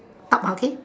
up okay